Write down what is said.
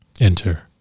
Enter